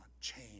change